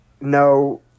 no